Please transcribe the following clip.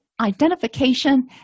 identification